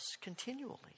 Continually